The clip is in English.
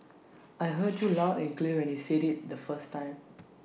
I heard you loud and clear when you said IT the first time